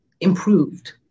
improved